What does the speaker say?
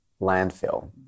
landfill